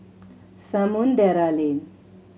Samudera Lane